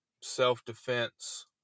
self-defense